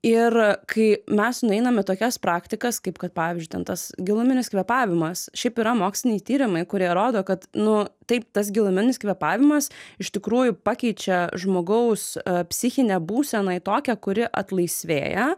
ir kai mes nueinam į tokias praktikas kaip kad pavyzdžiui ten tas giluminis kvėpavimas šiaip yra moksliniai tyrimai kurie rodo kad nu taip tas giluminis kvėpavimas iš tikrųjų pakeičia žmogaus psichinę būseną į tokią kuri atlaisvėja